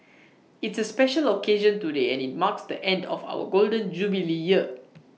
it's A special occasion today and IT marks the end of our Golden Jubilee year